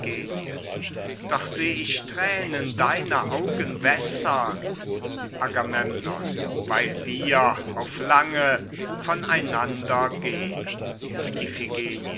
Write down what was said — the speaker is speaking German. doch seh ich thränen deine augen wässern agamemnon weil wir auf lange von einander gehn